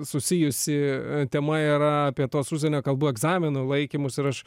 susijusi tema yra apie tuos užsienio kalbų egzaminų laikymus ir aš